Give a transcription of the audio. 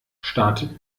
startet